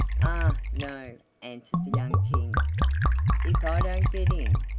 ah! no, answered the young king if i don't get in,